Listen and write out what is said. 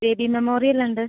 baby Memorial ഉണ്ട്